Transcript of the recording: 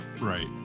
right